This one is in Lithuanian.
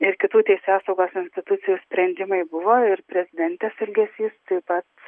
ir kitų teisėsaugos institucijų sprendimai buvo ir prezidentės elgesys taip pat